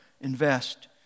Invest